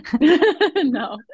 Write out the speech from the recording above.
No